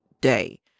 day